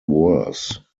worse